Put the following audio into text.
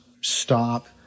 stop